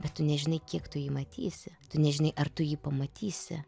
bet tu nežinai kiek tu jį matysi tu nežinai ar tu jį pamatysi